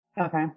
Okay